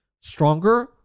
stronger